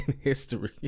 history